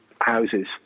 houses